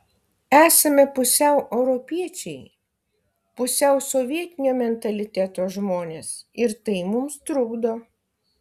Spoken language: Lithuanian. esame pusiau europiečiai pusiau sovietinio mentaliteto žmonės ir tai mums trukdo